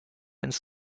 ins